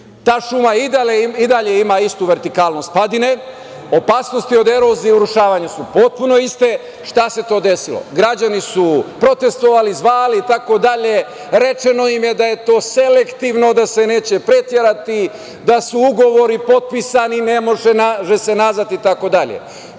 šuma i dalje ima istu vertikalnost padine. Opasnost od erozije urušavanja su potpuno iste. Šta se to desilo? Građani su protestvovali, zvali. Rečeno im je da je to selektivno, da se neće preterati, da su ugovori potpisani, ne može se nazad i